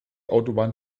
autobahn